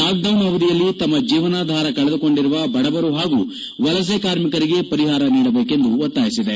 lockdown ಅವಧಿಯಲ್ಲಿ ತಮ್ಮ ಜೀವನಾಧಾರ ಕಳೆದುಕೊಂಡಿರುವ ಬಡವರು ಪಾಗೂ ವಲಸೆ ಕಾರ್ಮಿಕರಿಗೆ ಪರಿಹಾರ ನೀಡಬೇಕೆಂದು ಒತ್ತಾಯಿಸಿದೆ